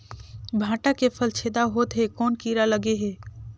भांटा के फल छेदा होत हे कौन कीरा लगे हे?